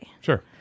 Sure